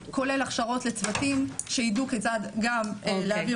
כולל הכשרות לצוותים שיידעו כיצד להעביר